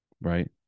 right